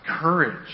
courage